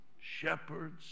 shepherds